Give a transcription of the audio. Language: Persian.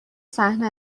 صحنه